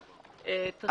עישון.